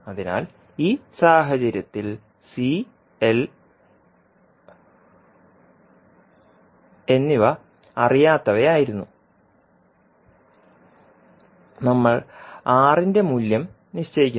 അതിനാൽ ഈ സാഹചര്യത്തിൽ CL എന്നിവ അറിയാത്തവയായിരുന്നു നമ്മൾ R ന്റെ മൂല്യം നിശ്ചയിക്കുന്നു